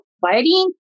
Fighting